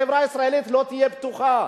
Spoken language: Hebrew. החברה הישראלית לא תהיה פתוחה